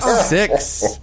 six